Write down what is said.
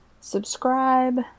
subscribe